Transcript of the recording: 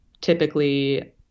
typically